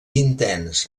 intens